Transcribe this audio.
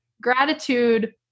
Gratitude